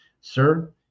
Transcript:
Sir